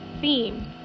theme